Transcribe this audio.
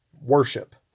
worship